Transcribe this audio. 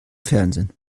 fernsehen